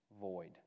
void